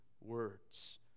words